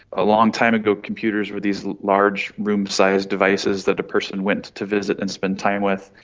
a long time ago computers were these large room-sized devices that a person went to visit and spend time with,